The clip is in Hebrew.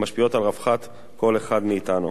המשפיעות על רווחת כל אחד מאתנו.